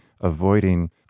avoiding